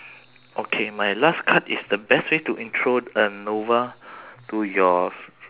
okay my last card is the best way to intro a novice to your f~